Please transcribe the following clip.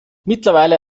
mittlerweile